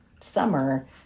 summer